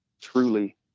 Truly